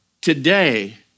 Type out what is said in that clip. today